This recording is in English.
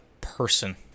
person